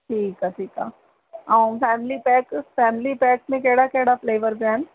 ठीकु आहे ठीकु आहे ऐं फैमिली पैक फैमिली पैक में कहिड़ा कहिड़ा फ्लेवर पिया आहिनि